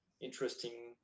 interesting